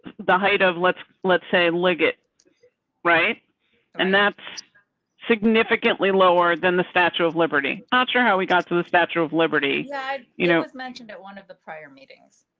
the height of, let's let's say. right and that's significantly lower than the statue of liberty, not sure how we got through the statue of liberty that you know mentioned at one of the prior meetings.